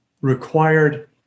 required